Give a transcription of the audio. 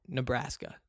Nebraska